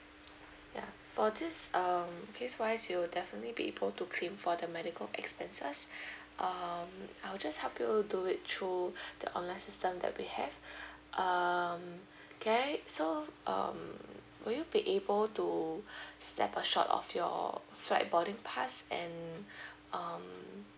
ya for this um case wise you will definitely be able to claim for the medical expenses um I'll just help you do it through the online system that we have um can I so um will you be able to snap a shot of your flight boarding pass and um